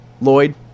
Lloyd